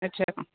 வச்சிடுறோம்